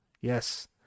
Yes